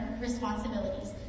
responsibilities